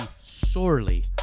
sorely